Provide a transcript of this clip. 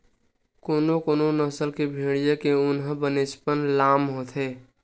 कोनो कोनो नसल के भेड़िया के ऊन ह बनेचपन लाम होथे